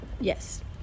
yes